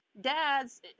dads